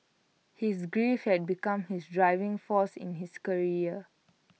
his grief had become his driving force in his career